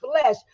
flesh